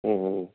ह्म्म ह्म्म